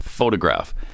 Photograph